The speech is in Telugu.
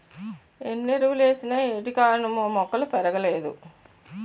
ఎన్నెరువులేసిన ఏటికారణమో మొక్కలు పెరగలేదు